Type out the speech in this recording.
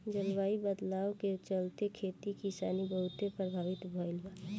जलवायु बदलाव के चलते, खेती किसानी बहुते प्रभावित भईल बा